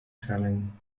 telling